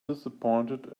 disappointed